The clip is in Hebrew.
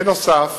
בנוסף